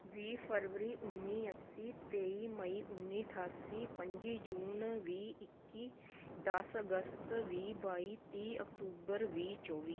ਵੀਹ ਫਰਵਰੀ ਉੱਨੀ ਅੱਸੀ ਤੇਈ ਮਈ ਉੱਨੀ ਅਠਾਸੀ ਪੱਚੀ ਜੂਨ ਵੀਹ ਇੱਕੀ ਦਸ ਅਗਸਤ ਵੀਹ ਬਾਈ ਤੀਹ ਅਕਤੂਬਰ ਵੀਹ ਚੌਵੀ